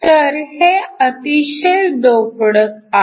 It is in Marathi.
तर हे अतिशय डोप्ड आहेत